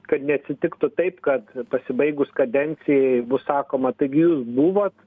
kad neatsitiktų taip kad pasibaigus kadencijai bus sakoma taigi jūs buvot